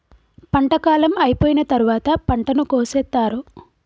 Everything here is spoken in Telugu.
పంట కాలం అయిపోయిన తరువాత పంటను కోసేత్తారు